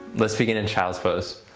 let's begin in child's pose.